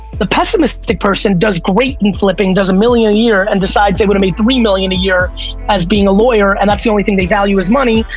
the pessimistic person does great in flipping does a million a year and decides they're going to be three million a year as being a lawyer and that's the only thing they value is money.